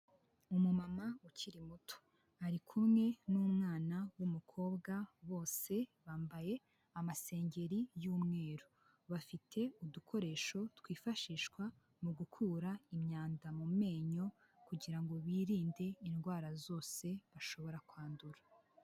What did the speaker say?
Umumama ukiri muto ari kumwe n'umwana w'umukobwa, bose bambaye amasengeri y'umweru, bafite udukoresho twifashishwa mu gukura imyanda mu menyo, kugirango ngo birinde indwara zose bashobora kwandura.